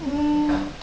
mm